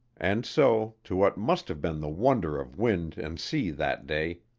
and so, to what must have been the wonder of wind and sea that day,